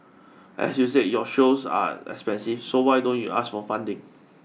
as you said your shows are expensive so why don't you ask for funding